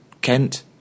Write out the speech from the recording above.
Kent